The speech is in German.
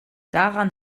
daran